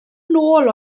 nôl